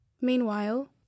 Meanwhile